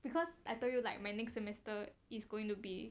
because I told you like my next semester is going to be